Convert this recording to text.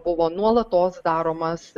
buvo nuolatos daromas